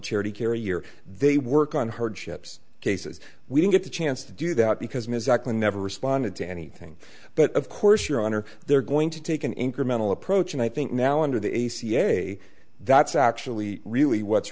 charity care a year they work on hardships cases we don't get the chance to do that because mazatlan never responded to anything but of course your honor they're going to take an incremental approach and i think now under the cia that's actually really what's